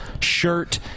shirt